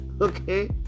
Okay